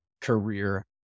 career